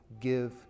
give